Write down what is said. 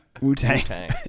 Wu-Tang